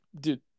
dude